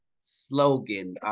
slogan